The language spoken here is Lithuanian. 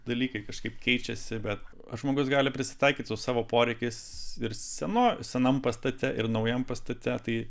dalykai kažkaip keičiasi bet žmogus gali prisitaikyt su savo poreikius ir senu senam pastate ir naujam pastate tai